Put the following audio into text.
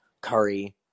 Curry